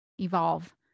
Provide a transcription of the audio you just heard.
evolve